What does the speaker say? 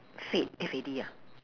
fad F A D ah